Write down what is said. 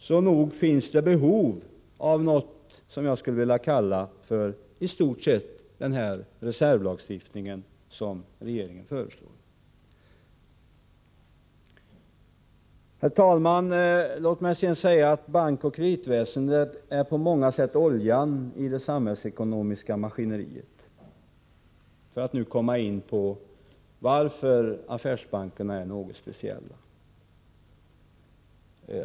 Så nog finns det behov av denna — som jag skulle vilja kalla den — reservlagstiftning som regeringen föreslår. Herr talman! Bankoch kreditväsendet är på många sätt oljan i det samhällsekonomiska maskineriet — för att nu komma in på varför affärsbankerna är någonting speciellt.